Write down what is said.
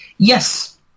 Yes